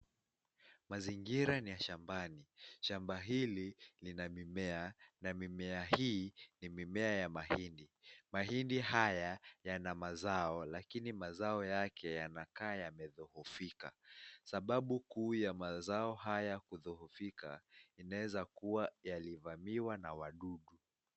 Mazingira ni ya shambani. Shamba hili lina mimea na mimea hii ni mimea ya mahindi. Mahindi haya yana mazao lakini mazao yake yanakaa yamedhoofika. Sababu kuu ya mazao haya kudhoofika inaeza kuwa yalivamiwa na wadudu.